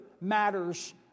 matters